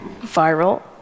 viral